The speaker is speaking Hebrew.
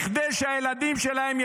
כדי שהילדים שלהם יצליחו,